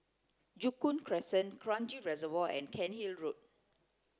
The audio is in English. Joo Koon Crescent Kranji Reservoir and Cairnhill Road